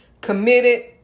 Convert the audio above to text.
committed